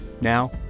Now